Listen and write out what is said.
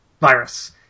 virus